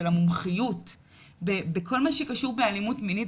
של המומחיות בכל מה שקשור באלימות מינית,